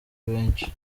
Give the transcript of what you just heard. benshi